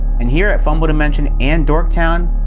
and here at fumble dimension and dorktown,